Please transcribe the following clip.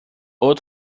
oat